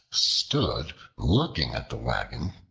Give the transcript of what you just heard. stood looking at the wagon,